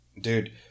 dude